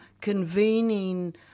convening